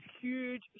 huge